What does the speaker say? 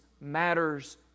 matters